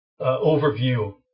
overview